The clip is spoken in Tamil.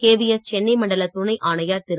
கேவிஎஸ் சென்னை மண்டல துணை ஆணையர் திரு